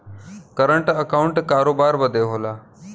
current account करोबार बदे होला